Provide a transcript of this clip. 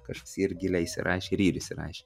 kažkas yr giliai įsirašę ir yr įsirašę